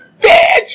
Bitch